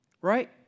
right